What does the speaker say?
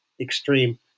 extreme